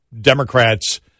Democrats